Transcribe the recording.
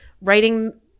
writing